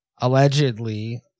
allegedly